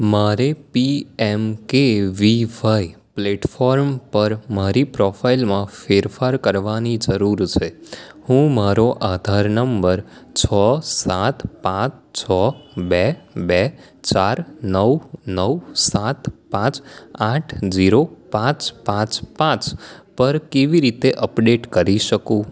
મારે P M K V Y platform પર મારી પ્રોફાઇલમાં ફેરફાર કરવાની જરૂર છે હું મારો આધાર નંબર છ સાત પાંચ છ બે બે ચાર નવ નવ સાત પાંચ આઠ જીરો પાંચ પાંચ પાંચ પર કેવી રીતે અપડેટ કરી શકું